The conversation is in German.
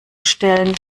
stellen